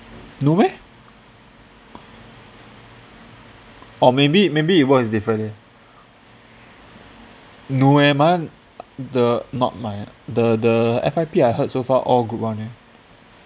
no meh or maybe maybe it was different no eh my the not my ah the the F_Y_P I heard so far all group one eh